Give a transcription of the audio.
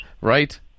Right